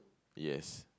yes